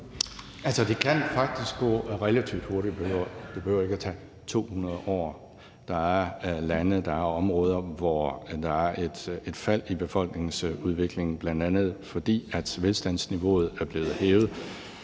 det kan faktisk gå relativt hurtigt. Det behøver ikke at tage 200 år. Der er lande, der er områder, hvor der er et fald i befolkningsudviklingen, bl.a. fordi velstandsniveauet er blevet hævet.